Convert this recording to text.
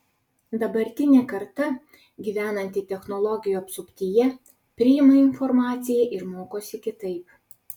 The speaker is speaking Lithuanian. dabartinė karta gyvenanti technologijų apsuptyje priima informaciją ir mokosi kitaip